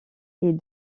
est